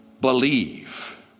believe